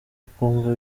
ukumva